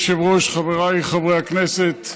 אדוני היושב-ראש, חבריי חברי הכנסת,